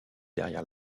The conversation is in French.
derrière